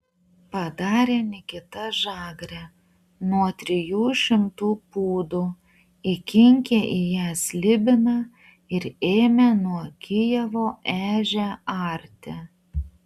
padarė nikita žagrę nuo trijų šimtų pūdų įkinkė į ją slibiną ir ėmė nuo kijevo ežią arti